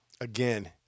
Again